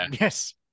Yes